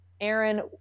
Aaron